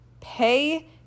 Pay